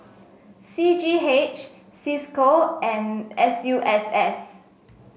C G H Cisco and S U S S